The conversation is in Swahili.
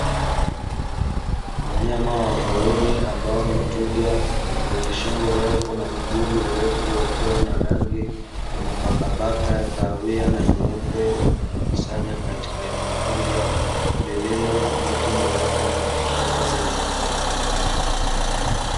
Wanyama wa porini ambao ni twiga mwenye shingo ndefu na miguu mirefu, wakiwa na rangi ya mabaka mabaka na nyeupe, wamejikusanya katika eneo moja lililo na miti mirefu na vichaka vilivyofungamana.